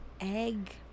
egg